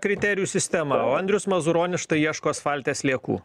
kriterijų sistema o andrius mazuronis štai ieško asfalte sliekų